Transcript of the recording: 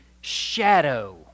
shadow